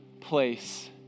place